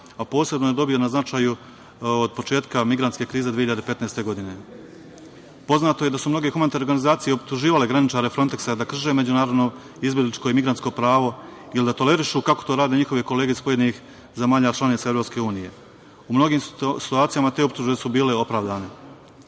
a posebno je dobio na značaju od početka migrantske krize 2015. godine. Poznato je da su mnoge humanitarne organizacije optuživale graničare Fronteksa da krše međunarodno, izbegličko i migrantsko pravo ili da tolerišu, kako to rade njihove kolege iz pojedinih zemalja članica EU. U mnogim situacijama te optužbe su bile opravdane. Sve